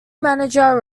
manager